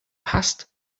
passt